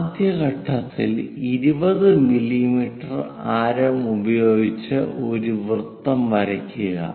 ആദ്യ ഘട്ടത്തിൽ 20 മില്ലീമീറ്റർ ആരം ഉപയോഗിച്ച് ഒരു വൃത്തം വരയ്ക്കുക